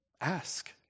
Ask